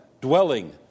dwelling